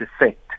effect